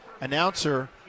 announcer